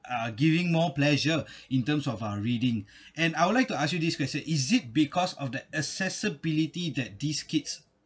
uh giving more pleasure in terms of uh reading and I would like to ask you this question is it because of the accessibility that these kids